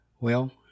Well